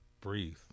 Breathe